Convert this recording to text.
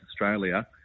Australia